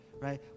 right